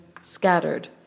scattered